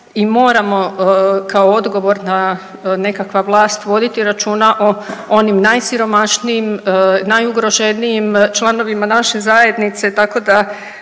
i moramo kao odgovorna nekakva vlast voditi računa o onim najsiromašnijim i najugroženijim članovima naše zajednice, tako da